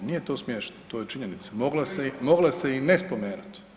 Nije to smiješno, to je činjenica, mogla se i ne spomenut.